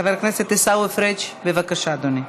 חבר הכנסת עיסאווי פריג', בבקשה, אדוני.